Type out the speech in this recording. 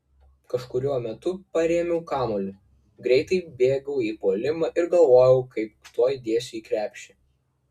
kažkuriuo metu perėmiau kamuolį greitai bėgau į puolimą ir galvojau kaip tuoj dėsiu į krepšį